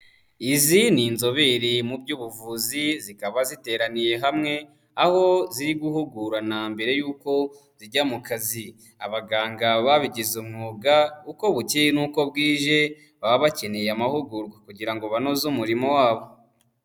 Izi ni inzobere mu by'ubuvuzi zikaba ziteraniye hamwe aho ziri guhugurana mbere yuko zijya mu kazi, abaganga babigize umwuga uko bukeye n'uko bwije baba bakeneye amahugurwa kugira ngo banoze umurimo wabo.